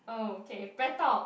okay BreadTalk